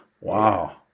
wow